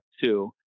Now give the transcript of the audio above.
two